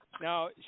Now